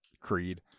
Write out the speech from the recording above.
Creed